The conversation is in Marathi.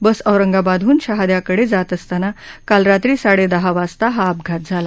बस औरंगाबादहून शहाद्याकडे जात असताना काल रात्री साडेदहा वाजता हा अपघात झाला